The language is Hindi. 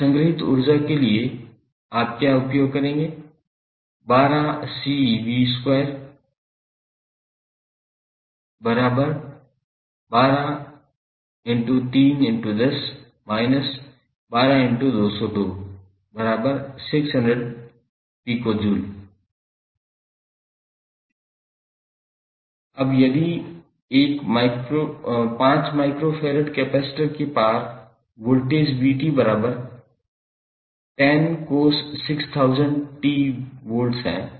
अब संग्रहीत ऊर्जा के लिए आप उपयोग करेंगे 𝑤12𝐶𝑣212∗3∗10−12∗202600pJ अब यदि एक 5 𝜇F कैपेसिटर के पार वोल्टेज 𝑣𝑡10cos6000𝑡 V है